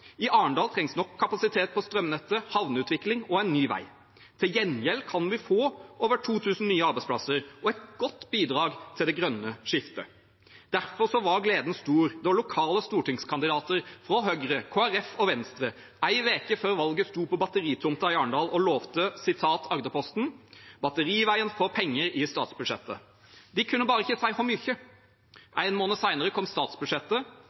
I Arendal trengs nok kapasitet på strømnettet, havneutvikling og en ny vei. Til gjengjeld kan vi få over 2 000 nye arbeidsplasser og et godt bidrag til det grønne skiftet. Derfor var gleden stor da lokale stortingskandidater fra Høyre, Kristelig Folkeparti og Venstre en uke før valget sto på batteritomten i Arendal og lovte, sitat Agderposten: «Batteriveien får penger i statsbudsjettet.» De kunne bare ikke si hvor mye. En måned senere kom statsbudsjettet,